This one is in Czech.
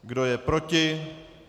Kdo je proti?